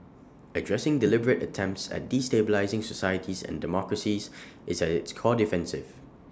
addressing deliberate attempts at destabilising societies and democracies is at its core defensive